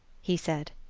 he said.